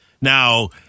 Now